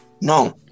No